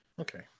Okay